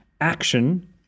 action